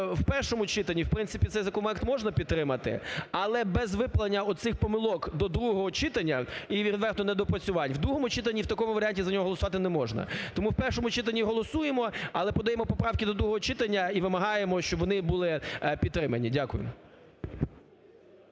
у першому читанні, в принципі, цей законопроект можна підтримати, але без виправлення оцих помилок до другого читання і відвертих недопрацювань, у другому читанні в такому варіанті за нього голосувати неможна. Тому у першому читанні голосуємо, але подаємо поправки до другого читання і вимагаємо, щоб вони були підтримані. Дякую.